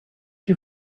you